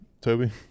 Toby